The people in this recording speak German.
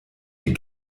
die